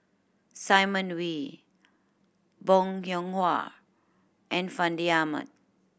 Simon Wee Bong Hiong Hwa and Fandi Ahmad